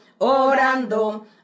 orando